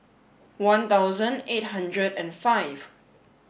one dozen eight hundred and five